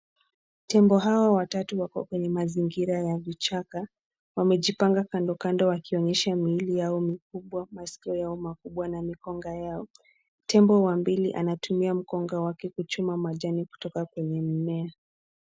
Tembo hawa watatu wako kwenye mazingira ya vichaka. Wamejipanga kando kando wakionyesha miili yao mikubwa, masikio yao makubwa na mikonga yao. Tembo wa mbele anatumia mkonga wake kuchuma majani kutoka kwenye mmea.